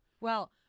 Well-